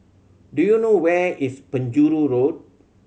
do you know where is Penjuru Road